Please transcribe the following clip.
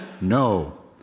no